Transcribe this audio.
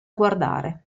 guardare